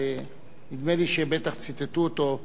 נדמה לי שבטח ציטטו אותו,